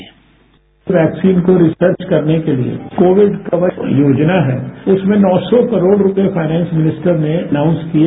bite vaccine को research करने के लिए कोविड कवर योजना है उसमें नौ सौ करोड़ रुपए फाइनेंस मिनिस्टर ने आनाउंस किए